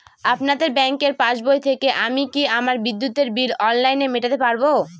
আপনাদের ব্যঙ্কের পাসবই থেকে আমি কি আমার বিদ্যুতের বিল অনলাইনে মেটাতে পারবো?